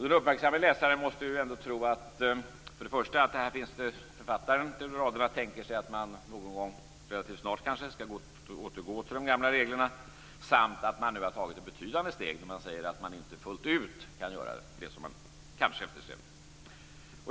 Den uppmärksamme läsaren måste ändå tro att man någon gång, relativt snart, skall återgå till de gamla reglerna samt att det nu tagits ett betydande steg med tanke på att det sägs att man "fullt ut" inte kan göra det man kanske eftersträvar.